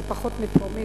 זה פחות מפרומיל,